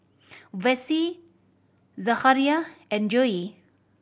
Vessie Zachariah and Joey